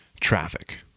traffic